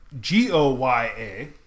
G-O-Y-A